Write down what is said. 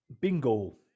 Bingo